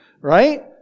right